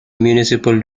municipal